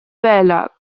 wähler